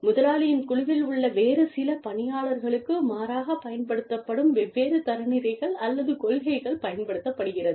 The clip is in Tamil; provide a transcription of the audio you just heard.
முதலாளியின் குழுவில் உள்ள வேறு சில பணியாளர்களுக்கு மாறாகப் பயன்படுத்தப்படும் வெவ்வேறு தரநிலைகள் அல்லது கொள்கைகள் பயன்படுத்தப்படுகிறது